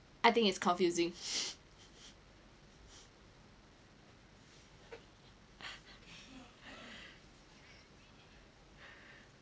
I think it's confusing